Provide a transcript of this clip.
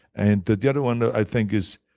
and the the other one i think is